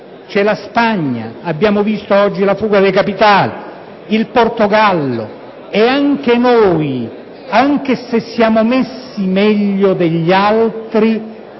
c'è la Spagna (abbiamo visto oggi la fuga dei capitali), il Portogallo e anche noi, benché siamo messi meglio degli altri,